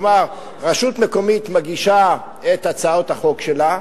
כלומר, רשות מקומית מגישה את ההצעות שלה,